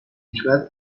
حکمت